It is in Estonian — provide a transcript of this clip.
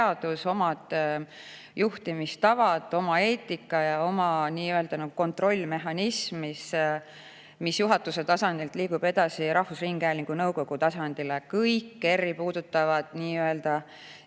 omad juhtimistavad, oma eetika ja oma nii-öelda kontrollimehhanism, mis juhatuse tasandilt liigub edasi rahvusringhäälingu nõukogu tasandile. Kõik ERR‑i puudutavad sellist